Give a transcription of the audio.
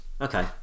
Okay